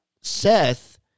Seth